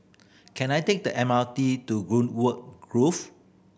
can I take the M R T to Greenwood Grove